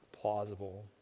plausible